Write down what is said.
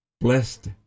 Blessed